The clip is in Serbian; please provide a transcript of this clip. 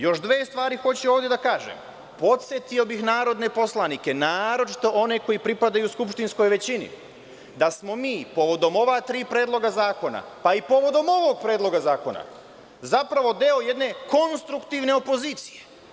Još dve stvari hoću ovde da kažem, podsetio bih narodne poslanike naročito one koji pripadaju skupštinskoj većini, da smo mi povodom ova tri predloga zakona, pa i povodom ovog predloga zakona zapravo deo jedne konstruktivne opozicije.